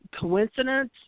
Coincidence